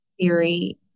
theory